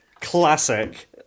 classic